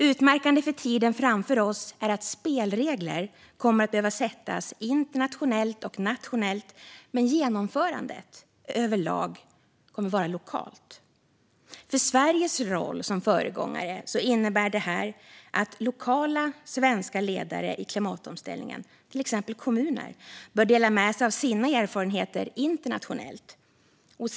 Utmärkande för tiden framför oss är att spelregler kommer att behöva sättas internationellt och nationellt, men genomförandet kommer överlag att vara lokalt. För Sveriges roll som föregångare innebär detta att lokala svenska ledare i klimatomställningen, till exempel kommuner, bör dela med sig av sina erfarenheter internationellt.